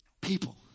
People